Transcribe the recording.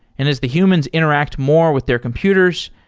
and as the humans interact more with their computers,